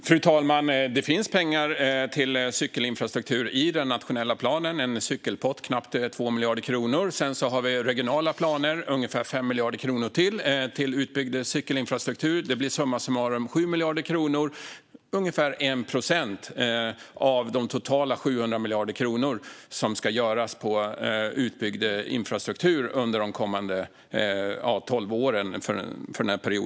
Fru talman! Det finns pengar till cykelinfrastruktur i den nationella planen. Det är en cykelpott på knappt 2 miljarder kronor. Sedan finns i regionala planer ungefär 5 miljarder till utbyggd cykelinfrastruktur. Det blir summa summarum 7 miljarder kronor. Det är fråga om ungefär 1 procent av de totala 700 miljarder kronor som ska läggas på utbyggd infrastruktur under de kommande tolv åren.